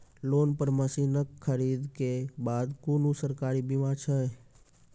Loan पर मसीनऽक खरीद के बाद कुनू सरकारी बीमा छै?